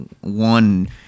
one